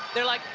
they're like,